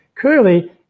Clearly